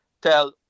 tell